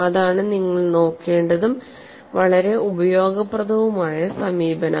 അതാണ് നിങ്ങൾ നോക്കേണ്ടതും വളരെ ഉപയോഗപ്രദവുമായ സമീപനം